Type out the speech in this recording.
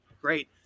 Great